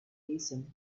reason